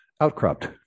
outcropped